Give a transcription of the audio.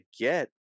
get